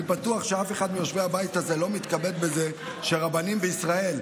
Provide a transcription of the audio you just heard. אני בטוח שאף אחד מיושבי הבית הזה לא מתכבד בזה שרבנים בישראל,